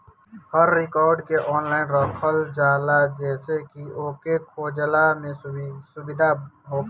हर record के online रखल जाला जेसे की ओके खोजला में सुबिधा होखे